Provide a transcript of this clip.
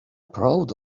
proud